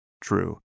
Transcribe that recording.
true